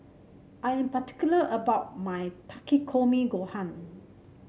I am particular about my Takikomi Gohan